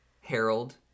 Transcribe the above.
Harold